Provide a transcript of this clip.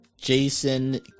Jason